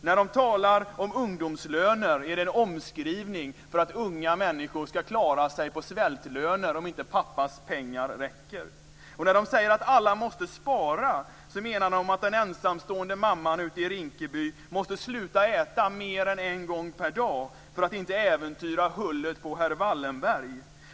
När de talar om ungdomslöner är det en omskrivning av att unga människor skall klara sig på svältlöner om inte pappas pengar räcker. När de säger att alla måste spara menar de att den ensamstående mamman ute i Rinkeby måste sluta att äta mer än en gång per dag för att inte äventyra hullet på herr Wallenberg.